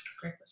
Great